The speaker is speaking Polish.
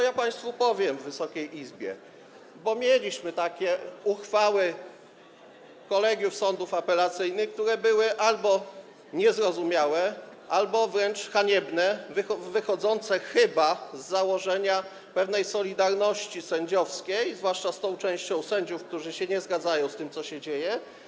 Ja państwu, Wysokiej Izbie, powiem: bo mieliśmy takie uchwały kolegiów sądów apelacyjnych, które były albo niezrozumiałe, albo wręcz haniebne, wynikające chyba z pewnej solidarności sędziowskiej, zwłaszcza z tą częścią sędziów, która się nie zgadza z tym, co się dzieje.